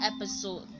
episode